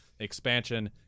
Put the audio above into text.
Expansion